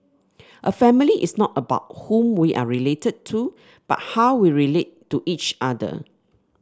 a family is not about whom we are related to but how we relate to each other